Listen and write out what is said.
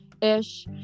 ish